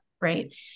right